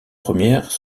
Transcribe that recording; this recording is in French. premières